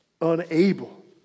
unable